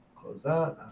close that.